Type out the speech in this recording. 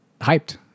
hyped